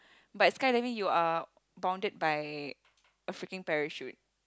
but skydiving you are bounded by a freaking parachute